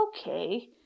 okay